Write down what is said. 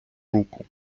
руку